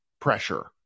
pressure